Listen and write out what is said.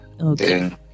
Okay